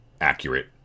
accurate